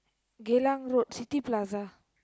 Geylang-Road City-Plaza